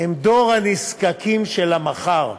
הם דור הנזקקים של המחר.